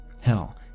hell